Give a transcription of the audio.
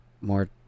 more